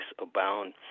abound